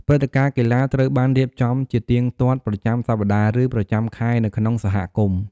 ព្រឹត្តិការណ៍កីឡាត្រូវបានរៀបចំជាទៀងទាត់ប្រចាំសប្ដាហ៍ ឬប្រចាំខែនៅក្នុងសហគមន៍។